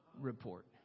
report